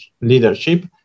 leadership